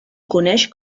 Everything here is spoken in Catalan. coneix